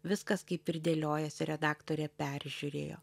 viskas kaip ir dėliojasi redaktorė peržiūrėjo